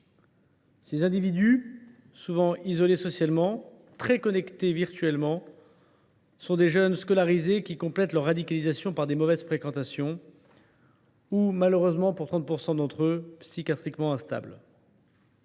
Ces individus, souvent isolés socialement, mais très connectés virtuellement, sont des jeunes scolarisés qui complètent leur radicalisation par de mauvaises fréquentations ou, pour 30 % d’entre eux, souffrent d’une instabilité